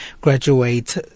Graduate